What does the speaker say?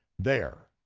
there,